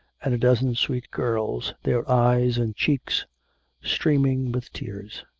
and a dozen sweet girls, their eyes and cheeks streaming with tears.